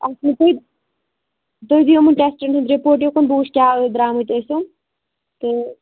اچھا تُہۍ تُہۍ دِیِو یِمن ٹیٚسٹَن ہُنٛد رِپوٹ یوٚرکُن بہٕ وُچھٕ کیٛاہ درٛامُت آسہٕ تہٕ